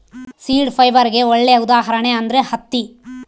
seed ಫೈಬರ್ಗೆ ಒಳ್ಳೆ ಉದಾಹರಣೆ ಅಂದ್ರೆ ಹತ್ತಿ